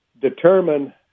determine